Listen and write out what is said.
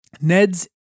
Ned's